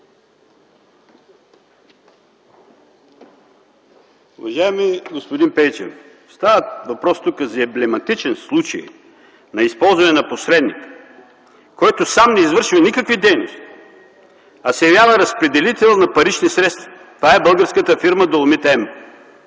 Уважаеми господин Пейчев! Тук става въпрос за емблематичен случай на използване на посредник, който сам не извършва никакви дейности, а се явява разпределител на парични средства. Това е българската фирма „Доломит